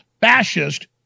fascist